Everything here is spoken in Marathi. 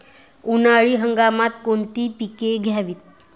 उन्हाळी हंगामात कोणती पिके घ्यावीत?